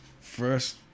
first